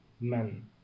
men